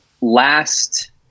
last